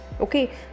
okay